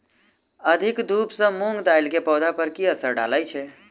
अधिक धूप सँ मूंग दालि केँ पौधा पर की असर डालय छै?